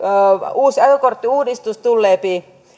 uusi ajokorttiuudistus tulee